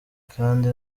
kandi